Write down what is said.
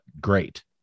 great